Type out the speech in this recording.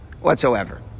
whatsoever